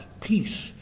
peace